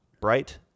bright